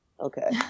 Okay